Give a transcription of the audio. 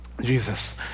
Jesus